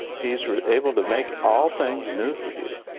he is able to make all things new for you.